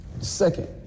second